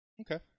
Okay